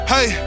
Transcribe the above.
Hey